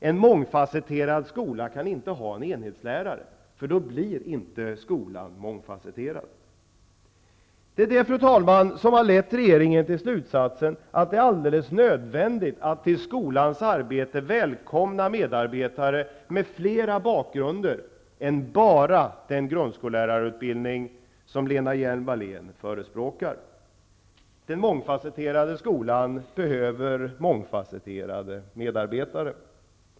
En mångfasetterad skola kan inte ha en enhetslärare, för då blir skolan inte mångfasetterad. Det är det, fru talman, som har gjort att regeringen dragit slutsatsen att det är alldeles nödvändigt att till skolans arbete välkomna medarbetare med annan bakgrund än bara den grundskollärarutbildning som Lena Hjelm-Wallén förespråkar. Den mångfasetterade skolan behöver mångfasetterade medarbetare.